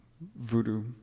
voodoo